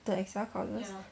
the excel courses